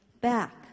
back